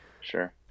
Sure